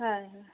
হয় হয়